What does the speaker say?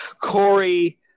Corey